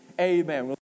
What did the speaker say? Amen